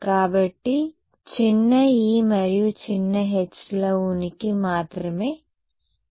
కాబట్టి చిన్న e మరియు చిన్న h ల ఉనికి మాత్రమే విభిన్నమైన విషయం